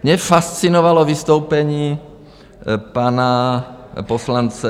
Mě fascinovalo vystoupení pana poslance Haase.